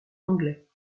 anglais